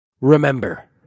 Remember